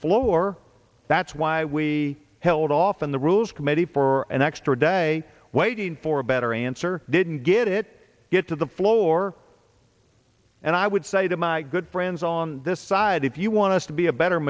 floor that's why we held off on the rules committee for an extra day waiting for a better answer didn't get it get to the floor and i would say to my good friends on this side if you want us to be a better